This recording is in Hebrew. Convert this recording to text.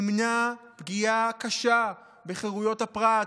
נמנע פגיעה קשה בחירויות הפרט,